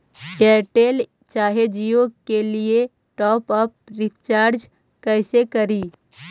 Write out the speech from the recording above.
Airtel चाहे जियो के लिए टॉप अप रिचार्ज़ कैसे करी?